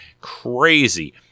crazy